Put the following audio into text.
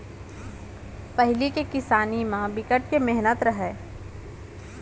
पहिली के किसानी म बिकट के मेहनत रहय